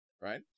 right